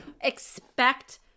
expect